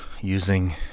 using